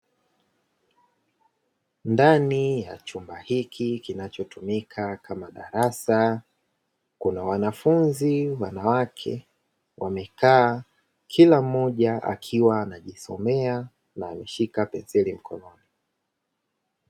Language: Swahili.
Ndani ya chumba hiki kinachotumika kama darasa, kuna wanafunzi wanawake wamekaa, kila mmoja akiwa anajisomea na ameshika penseli mkononi.